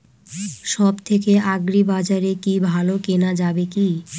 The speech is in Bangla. সব থেকে আগ্রিবাজারে কি ভালো কেনা যাবে কি?